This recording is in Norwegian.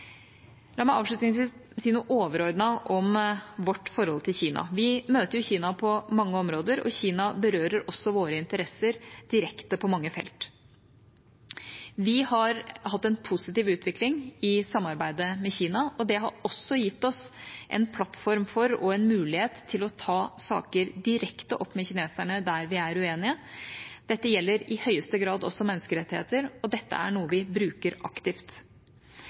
La meg avslutningsvis si noe overordnet om vårt forhold til Kina. Vi møter jo Kina på mange områder, og Kina berører også våre interesser direkte på mange felt. Vi har hatt en positiv utvikling i samarbeidet med Kina, og det har også gitt oss en plattform for og en mulighet til å ta saker direkte opp med kineserne der vi er uenige. Dette gjelder i høyeste grad også menneskerettigheter, og dette er noe vi bruker aktivt.